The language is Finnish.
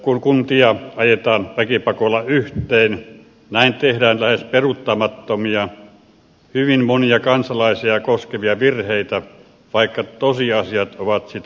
kun kuntia ajetaan väkipakolla yhteen näin tehdään lähes peruuttamattomia hyvin monia kansalaisia koskevia virheitä vaikka tosiasiat ovat sitä vastaan